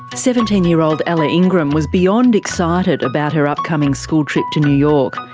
seventeen year old ella ingram was beyond excited about her upcoming school trip to new york.